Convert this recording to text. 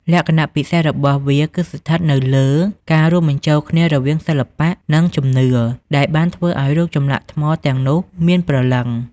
លក្ខណៈពិសេសរបស់វាគឺស្ថិតនៅលើការរួមបញ្ចូលគ្នារវាងសិល្បៈ និងជំនឿ ដែលបានធ្វើឲ្យរូបចម្លាក់ថ្មទាំងនោះមានព្រលឹង។